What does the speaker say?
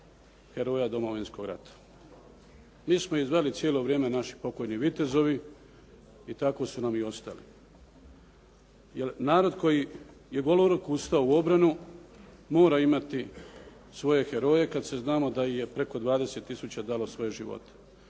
heroja Domovinskog rata. Mi smo ih zvali cijelo vrijeme "naši pokojni vitezovi" i tako su nam i ostali. Jer narod koji je goloruk ustao u obranu mora imati svoje heroje, kad se znamo da ih je preko 20 tisuća dalo svoje živote.